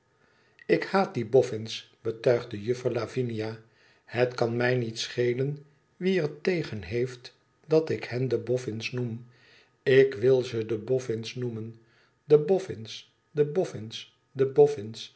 ik haat die boffinst betuigde juffer lavinia het kan mij niet schelen wie er tegen heeft dat ik hen de boffins noem ik wil ze de boffins noemen de boffins de